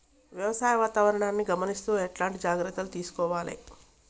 వ్యవసాయ వాతావరణాన్ని గమనిస్తూ ఎట్లాంటి జాగ్రత్తలు తీసుకోవాలే?